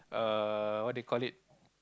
uh what they call it